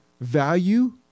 value